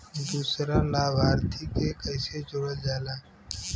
दूसरा लाभार्थी के कैसे जोड़ल जाला?